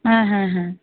হ্যাঁ হ্যাঁ হ্যাঁ